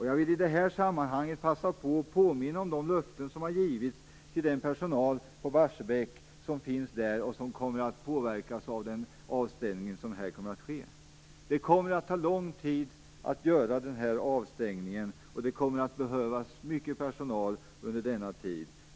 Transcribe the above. Jag vill i det här sammanhanget passa på att påminna om de löften som har givits till den personal på Barsebäck som finns där och som kommer att påverkas av den avstängning som kommer att ske. Det kommer att ta lång tid att göra avstängningen, och det kommer att behövas mycket personal under denna tid.